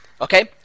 Okay